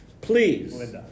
please